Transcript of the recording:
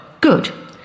Good